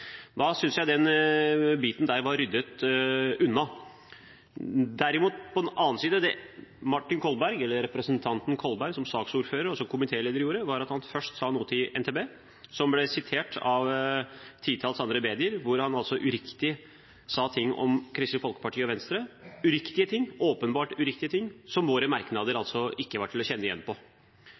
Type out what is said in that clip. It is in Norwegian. Da synes jeg den biten er ryddet unna. Det som derimot representanten Martin Kolberg som saksordfører og som komitéleder gjorde, var at han først sa noe til NTB som ble sitert av et titalls andre medier, om Kristelig Folkeparti og Venstre – åpenbart uriktige ting, som ikke var til å kjenne igjen i våre merknader. Min måte å kritisere beredskapsarbeidet på